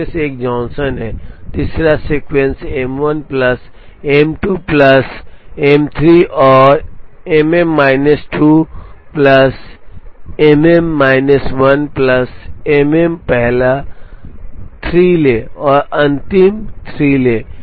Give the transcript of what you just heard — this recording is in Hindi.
इसमें से एक जॉनसन है तीसरा sequence M 1 plus M 2 plus M 3 और MM minus 2 plus MM minus 1 plus M M पहला 3 लें और अंतिम 3 लें